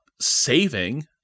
saving